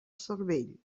cervell